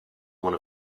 one